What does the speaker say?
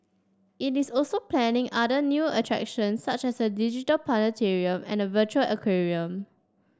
it is also planning other new attractions such as a digital planetarium and a virtual aquarium